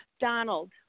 Donald